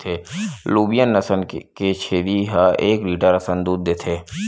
Nubian नसल के छेरी ह एक लीटर असन दूद देथे